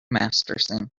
masterson